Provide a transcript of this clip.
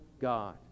God